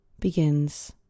begins